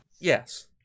Yes